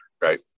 right